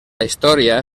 història